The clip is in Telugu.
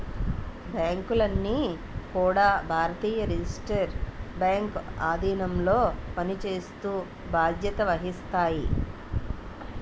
బ్యాంకులన్నీ కూడా భారతీయ రిజర్వ్ బ్యాంక్ ఆధీనంలో పనిచేస్తూ బాధ్యత వహిస్తాయి